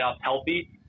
healthy